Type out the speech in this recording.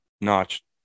notch